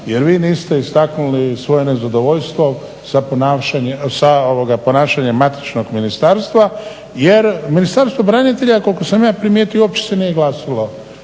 jer vi niste istaknuli svoje nezadovoljstvo sa ponašanjem matičnog ministarstva. Jer ministarstvo branitelja koliko sam ja primijetio uopće se nije oglasilo